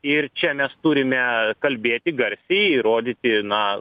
ir čia mes turime kalbėti garsiai ir rodyti na